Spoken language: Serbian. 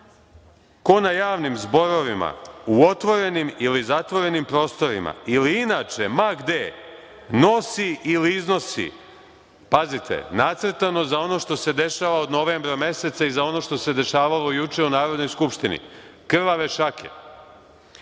„Ko na javnim zborovima, u otvorenim ili zatvorenim prostorima, ili inače ma gde, nosi ili iznosi“, pazite, nacrtano za ono što se dešava od novembra meseca i za ono što se dešavalo juče u Narodnoj skupštini, krvave šake,